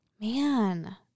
man